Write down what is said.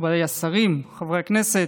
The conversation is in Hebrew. מכובדיי השרים, חברי הכנסת,